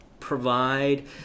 provide